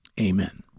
amen